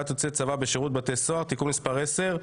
יוצאי צבא בשירות בתי הסוהר) (תיקון מס' 10),